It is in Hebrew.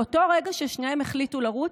באותו רגע ששניהם החליטו לרוץ,